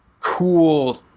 cool